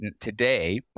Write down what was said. today